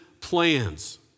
plans